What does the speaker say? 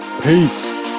Peace